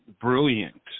brilliant